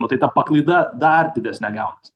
matai ta paklaida dar didesnė gaunasi